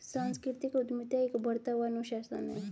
सांस्कृतिक उद्यमिता एक उभरता हुआ अनुशासन है